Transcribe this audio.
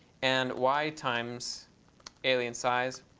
and y times alien size.